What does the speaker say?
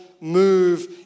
move